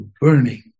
burning